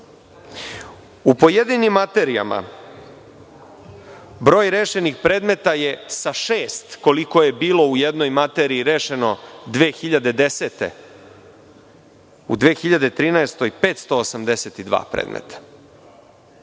U pojedinim materijama broj rešenih predmeta je sa šest, koliko je bilo u jednoj materiji rešeno 2010. godine, u 2013. godini 582 predmeta.